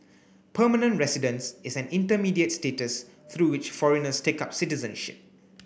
permanent residence is an intermediate status through which foreigners take up citizenship